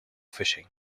fishing